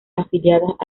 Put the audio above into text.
afiliadas